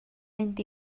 mynd